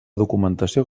documentació